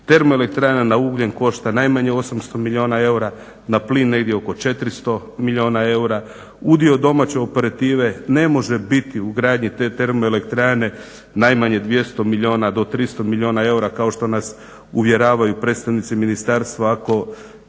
Termoelektrana na ugljen košta najmanje 800 milijuna eura, na plin negdje oko 400 milijuna eura. Udio domaće operative ne može biti u gradnji te termoelektrane najmanje 200 milijuna do 300 milijuna eura kao što nas uvjeravaju predstavnici ministarstva